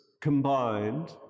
combined